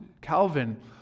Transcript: calvin